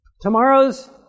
Tomorrow's